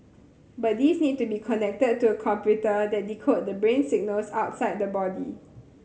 but these need to be connected to a computer that decodes the brain signals outside the body